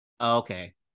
Okay